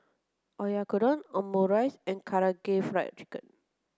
Oyakodon Omurice and Karaage Fried Chicken